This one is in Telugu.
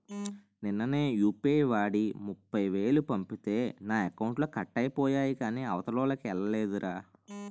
నిన్ననే యూ.పి.ఐ వాడి ముప్ఫైవేలు పంపితే నా అకౌంట్లో కట్ అయిపోయాయి కాని అవతలోల్లకి ఎల్లలేదురా